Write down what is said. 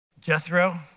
Jethro